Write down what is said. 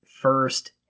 first